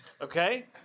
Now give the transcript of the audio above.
Okay